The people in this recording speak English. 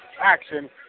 action